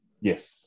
Yes